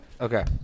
okay